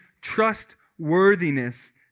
trustworthiness